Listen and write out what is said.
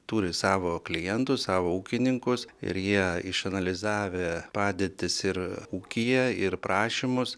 turi savo klientus savo ūkininkus ir jie išanalizavę padėtis ir ūkyje ir prašymus